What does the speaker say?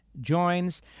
joins